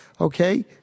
okay